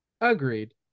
Agreed